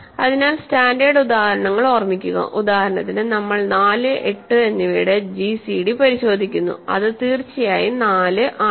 അതിനാൽ സ്റ്റാൻഡേർഡ് ഉദാഹരണങ്ങൾ ഓർമിക്കുക ഉദാഹരണത്തിനു നമ്മൾ 4 8 എന്നിവയുടെ gcd പരിശോധിക്കുന്നു അത് തീർച്ചയായും 4 ആണ്